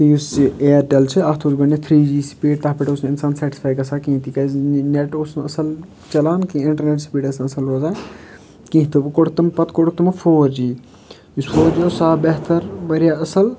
یُس یہِ اِیرٹیٚل چھُ اَتھ اوس گۄڈٕنٮ۪تھ تھرٛی جی سُپیٖڈ تَتھ پٮ۪ٹھ اوس نہٕ اِنسان سیٹٕسفےَ گژھان کِہیٖنٛۍ تِکیٛازِ نیٚٹ اوس نہٕ اَصٕل چَلان کیٚنٛہہ اِنٹَرنیٹ سُپیٖڈ ٲسۍ نہٕ اَصٕل روزان کیٚنٛہہ تہٕ وۅنۍ کوٚر تٔمۍ پَتہٕ کوٚر تِمو فور جی یُس فور جی اوس سُہ آو بہتر واریاہ اَصٕل